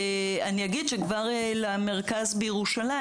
כבר למרכז בירושלים,